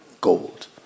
gold